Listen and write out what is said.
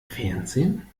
fernsehen